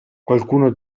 qualcuno